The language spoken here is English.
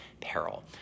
peril